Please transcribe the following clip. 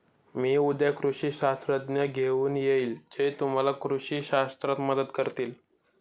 मी उद्या कृषी शास्त्रज्ञ घेऊन येईन जे तुम्हाला कृषी शास्त्रात मदत करतील